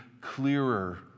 clearer